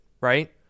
right